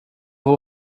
vou